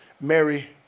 Mary